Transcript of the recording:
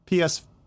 PS